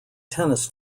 tennis